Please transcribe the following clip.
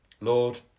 Lord